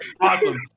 Awesome